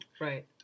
right